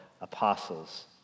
apostles